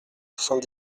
soixante